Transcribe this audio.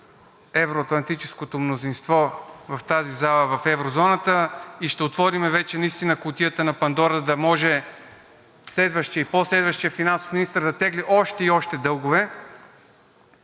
евро-атлантическото мнозинство в тази зала, в еврозоната и ще отворим вече наистина кутията на Пандора, за да може следващият и по-следващият финансов министър да тегли още и още дългове,